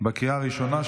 לקריאה הראשונה,